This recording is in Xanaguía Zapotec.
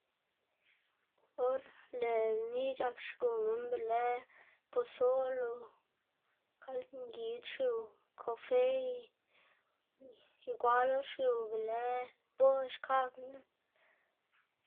or lëꞌ lni c̲h̲ak xgu minn be lë posol o kald ngid xiu kofe y igwal or xiu be lë boda xkakgana.